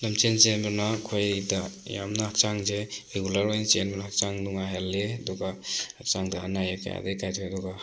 ꯂꯝꯖꯦꯜ ꯆꯦꯟꯕꯅ ꯑꯩꯈꯣꯏꯗ ꯌꯥꯝꯅ ꯍꯛꯆꯥꯡꯁꯦ ꯔꯤꯒꯨꯂꯔ ꯑꯣꯏꯅ ꯆꯦꯟꯕꯅ ꯍꯛꯆꯥꯡ ꯅꯨꯡꯉꯥꯏꯍꯜꯂꯤ ꯑꯗꯨꯒ ꯍꯛꯆꯥꯡꯗ ꯑꯅꯥ ꯑꯌꯦꯛ ꯀꯌꯥꯗꯩ ꯀꯥꯏꯊꯣꯛꯏ ꯑꯗꯨꯒ